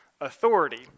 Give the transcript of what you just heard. authority